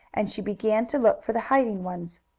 and she began to look for the hiding ones.